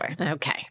Okay